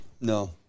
No